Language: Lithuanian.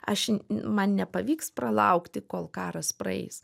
aš man nepavyks pralaukti kol karas praeis